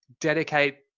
dedicate